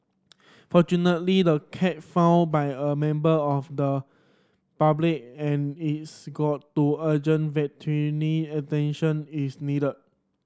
fortunately the cat found by a member of the public and is got to urgent attention it's needed